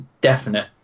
definite